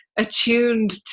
attuned